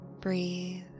Breathe